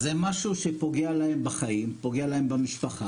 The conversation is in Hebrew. אז זה משהו שפוגע להם בחיים, פוגע להם במשפחה.